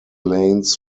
lanes